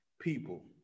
people